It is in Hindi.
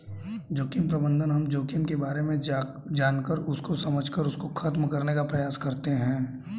जोखिम प्रबंधन हम जोखिम के बारे में जानकर उसको समझकर उसको खत्म करने का प्रयास करते हैं